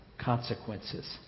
consequences